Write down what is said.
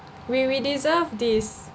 we we deserve this